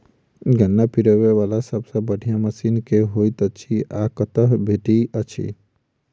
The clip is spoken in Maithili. गन्ना पिरोबै वला सबसँ बढ़िया मशीन केँ होइत अछि आ कतह भेटति अछि?